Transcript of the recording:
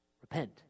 repent